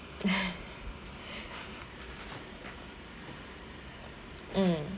mm